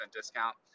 discount